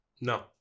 No